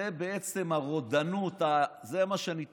זה בעצם הרודנות, זה מה שאני טוען.